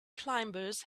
climbers